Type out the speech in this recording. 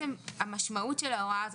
המשמעות של ההוראה הזאת,